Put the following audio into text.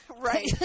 Right